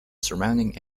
surrounding